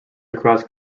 across